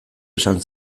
esan